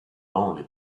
only